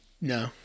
No